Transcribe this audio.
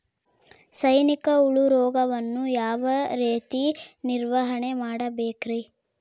ಸೈನಿಕ ಹುಳು ರೋಗವನ್ನು ಯಾವ ರೇತಿ ನಿರ್ವಹಣೆ ಮಾಡಬೇಕ್ರಿ?